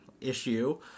issue